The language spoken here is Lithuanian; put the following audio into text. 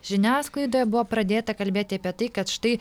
žiniasklaidoje buvo pradėta kalbėti apie tai kad štai